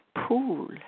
pool